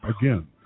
again